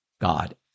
God